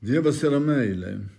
dievas yra meilė